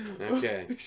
Okay